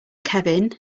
kevin